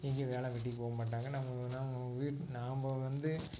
எங்கேயும் வேலை வெட்டிக்கு போகமாட்டாங்க நம்ம நம்ம வீட் நாம் வந்து